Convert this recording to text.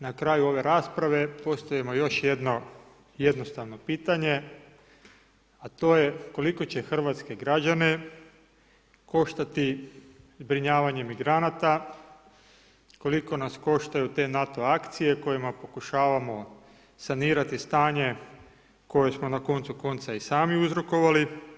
Na kraju ove rasprave postavimo još jedno jednostavno pitanje a to je koliko će hrvatske građane koštati zbrinjavanje migranata, koliko nas koštaju te NATO akcije kojima pokušavamo sanirati stanje koje smo na koncu konca i sami uzrokovali?